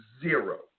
Zero